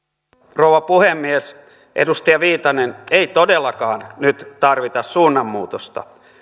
rouva puhemies edustaja viitanen ei todellakaan nyt tarvita suunnanmuutosta